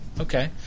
Okay